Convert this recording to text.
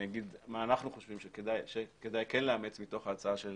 אומר מה אנחנו חושבים שכן כדאי לאמץ מתוך ההצעה של